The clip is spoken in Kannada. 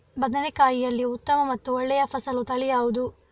ಬದನೆಕಾಯಿಯಲ್ಲಿ ಉತ್ತಮ ಮತ್ತು ಒಳ್ಳೆಯ ಫಸಲು ತಳಿ ಯಾವ್ದು?